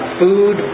food